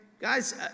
guys